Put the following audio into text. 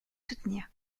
soutenir